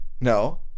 No